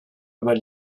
über